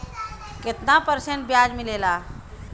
कितना परसेंट ब्याज मिलेला?